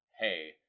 hey